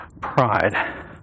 pride